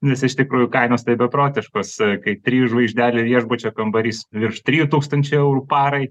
nes iš tikrųjų kainos tai beprotiškos e kai trijų žvaigždelių viešbučio kambarys virš trijų tūkstančių eurų parai